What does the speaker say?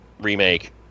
remake